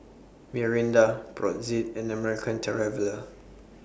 Mirinda Brotzeit and American Traveller